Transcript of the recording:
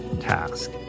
task